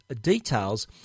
details